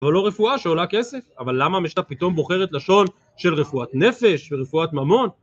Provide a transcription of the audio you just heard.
אבל לא רפואה שעולה כסף. אבל למה המשנה פתאום בוחרת לשון של רפואת נפש ורפואת ממון?